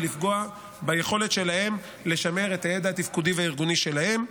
ולפגוע ביכולת שלהם לשמר את הידע התפקודי והארגוני שלהם.